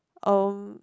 um